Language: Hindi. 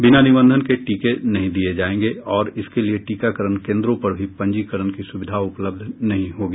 बिना निबंधन के टीके नहीं दिये जायेंगे और इसके लिये टीकाकरण केन्द्रों पर भी पंजीकरण की सुविधा उपलब्ध नहीं होगी